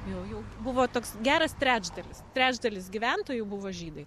jau jau buvo toks geras trečdalis trečdalis gyventojų buvo žydai